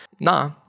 Nah